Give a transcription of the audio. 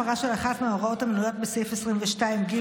הפרה של אחת מההוראות המנויות בסעיף 22ג(ב)